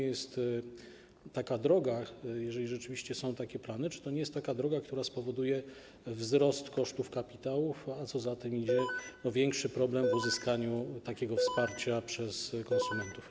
I jeżeli rzeczywiście są takie plany, czy to nie jest taka droga, która spowoduje wzrost kosztów kapitału, a co za tym idzie, większy problem z uzyskaniem takiego wsparcia przez konsumentów?